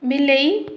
ବିଲେଇ